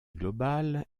globale